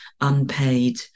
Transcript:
unpaid